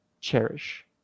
cherish